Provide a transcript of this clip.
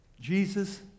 Jesus